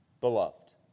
beloved